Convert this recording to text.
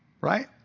Right